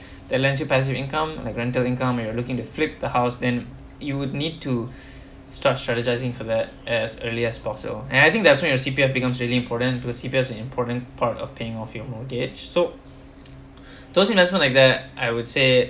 that lends you passive income like rental income you were looking to flip the house then you would need to start strategizing for that as early as possible and I think that's where your C_P_F becomes really important because C_P_F are important part of paying off your mortgage so those investment like there I would say